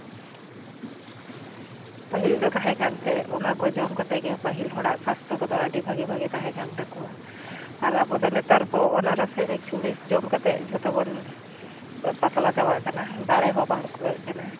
ᱯᱟᱹᱦᱤᱞ ᱫᱚ ᱛᱟᱦᱮᱸᱠᱟᱱᱛᱮ ᱚᱱᱟ ᱠᱚ ᱡᱚᱢ ᱠᱟᱛᱮ ᱜᱮ ᱯᱟᱹᱦᱤᱞ ᱦᱚᱲᱟᱜ ᱥᱟᱥᱛᱷᱚ ᱠᱚᱫᱚ ᱟᱹᱰᱤ ᱵᱷᱟᱜᱮᱼᱵᱷᱟᱜᱮ ᱛᱟᱦᱮᱸᱠᱟᱱ ᱛᱟᱠᱚᱣᱟ ᱟᱨ ᱟᱵᱚ ᱫᱚ ᱱᱮᱛᱟᱨ ᱫᱚ ᱚᱱᱟ ᱨᱟᱥᱟᱭᱱᱤᱠ ᱡᱚᱢ ᱠᱟᱛᱮ ᱡᱷᱚᱛᱚ ᱵᱚᱱ ᱯᱟᱛᱞᱟ ᱪᱟᱵᱟᱜ ᱠᱟᱱᱟ ᱫᱟᱲᱮ ᱦᱚᱸ ᱵᱟᱝ ᱠᱩᱲᱟᱹᱜ ᱠᱟᱱᱟ